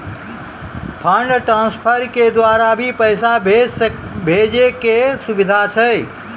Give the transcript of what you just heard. Fund transfer के द्वारा भी पैसा भेजै के सुविधा छै?